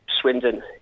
Swindon